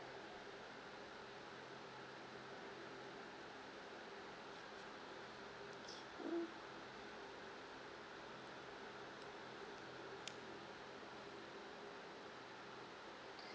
okay